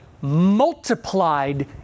multiplied